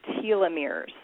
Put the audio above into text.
telomeres